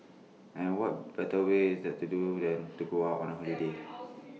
and what better way is there to do than to go out on A holiday